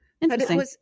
Interesting